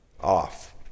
off